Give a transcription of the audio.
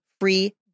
free